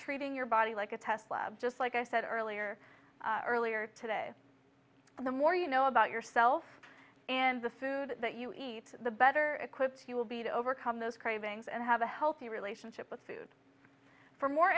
treating your body like a test lab just like i said earlier earlier today and the more you know about yourself and the food that you eat the better equipped he will be to overcome those cravings and have a healthy relationship with food for more